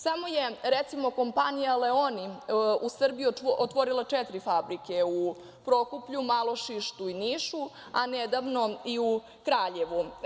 Samo je, recimo, kompanija „Leoni“ u Srbiji otvorila četiri fabrike: u Prokuplju, Malošištu i Nišu, a nedavno i u Kraljevu.